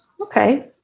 okay